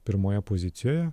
pirmoje pozicijoje